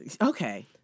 Okay